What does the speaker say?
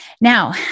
Now